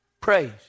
Praise